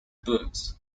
books